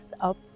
up